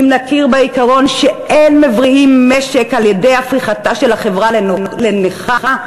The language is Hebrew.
אם נכיר בעיקרון שאין מבריאים משק על-ידי הפיכתה של החברה לנכה,